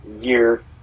year